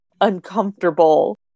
uncomfortable